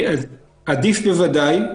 עדיף בוודאי.